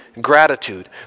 gratitude